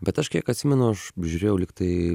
bet aš kiek atsimenu aš žiūrėjau lyg tai